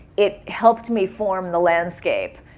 it helped me form the landscape.